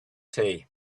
tea